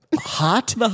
hot